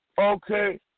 Okay